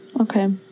Okay